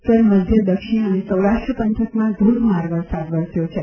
ઉત્તર મધ્ય દક્ષિણ અને સૌરાષ્ટ્ર પંથકમાં ધોધમાર વરસાદ વરસ્યો છે